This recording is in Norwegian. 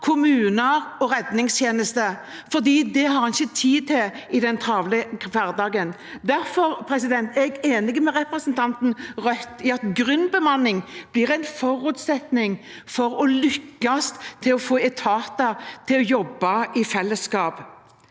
kommuner og redningstjeneste, fordi en ikke har tid til det i den travle hverdagen. Derfor er jeg enig med representanten fra Rødt i at grunnbemanning blir en forutsetning for å lykkes med å få etater til å jobbe i fellesskap.